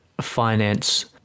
finance